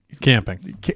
Camping